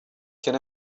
can